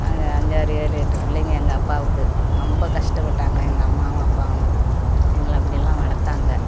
நாங்கள் அஞ்சு ஆறு ஏழு எட்டு பிள்ளைங்க எங்கள் அப்பாவுக்கு ரொம்ப கஷ்டப்பட்டாங்க எங்கள் அம்மாவும் அப்பாவும் எங்களை அப்படி எல்லாம் வளர்த்தாங்க